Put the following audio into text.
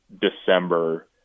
December